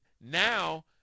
now